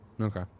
Okay